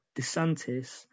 DeSantis